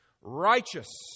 righteous